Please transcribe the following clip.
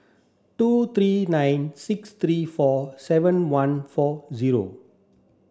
two three nine six three four seven one four zero